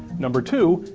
number two,